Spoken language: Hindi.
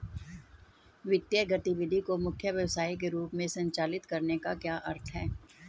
वित्तीय गतिविधि को मुख्य व्यवसाय के रूप में संचालित करने का क्या अर्थ है?